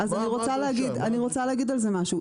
אז אני רוצה להגיד על זה משהו,